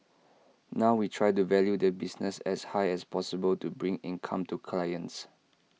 now we try to value the business as high as possible to bring income to clients